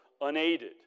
unaided